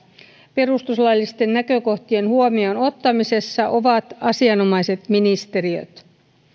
perustuslaillisten näkökohtien huomioon ottamisessa ovat asianomaiset ministeriöt